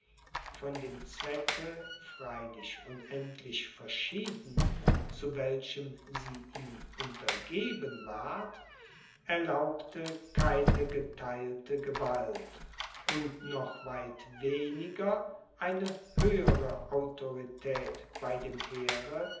von dem zwecke freilich unendlich verschieden zu welchem sie ihm untergeben ward erlaubte keine getheilte gewalt und noch weit weniger eine höhere autorität bei dem heere